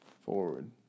forward